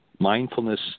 Mindfulness